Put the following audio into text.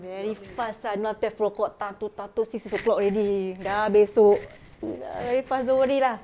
very fast ah now twelve o'clock ta~ to~ ta~ to~ six o'clock already sudah besok ya very fast don't worry lah